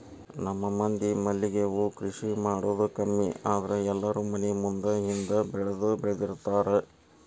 ನಮ್ಮ ಮಂದಿ ಮಲ್ಲಿಗೆ ಹೂ ಕೃಷಿ ಮಾಡುದ ಕಮ್ಮಿ ಆದ್ರ ಎಲ್ಲಾರೂ ಮನಿ ಮುಂದ ಹಿಂದ ಬೆಳ್ದಬೆಳ್ದಿರ್ತಾರ